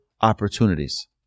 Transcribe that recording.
opportunities